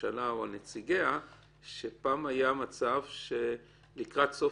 הממשלה או על נציגיה שפעם היה מצב שלקראת סוף